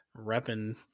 repping